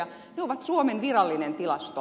ne ovat suomen virallinen tilasto